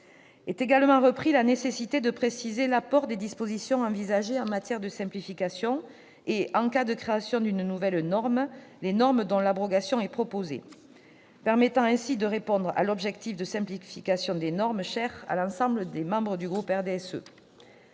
Est également reprise l'obligation de préciser « l'apport des dispositions envisagées en matière de simplification et, en cas de création d'une nouvelle norme, les normes dont l'abrogation est proposée ». Cela permettra d'atteindre l'objectif de simplification des normes cher à l'ensemble des membres du groupe RDSE.